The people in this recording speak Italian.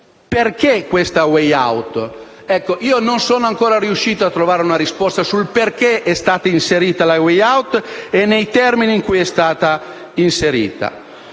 Perché la *way out*? Io non sono ancora riuscito a trovare una risposta sul perché sia stata inserita la *way out* e sui termini con cui è stata inserita.